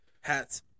Hats